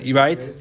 right